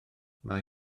mae